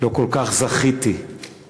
לא כל כך זכיתי לראות,